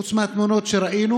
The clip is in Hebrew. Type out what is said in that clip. חוץ מהתמונות שראינו.